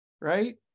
right